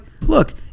look